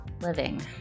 living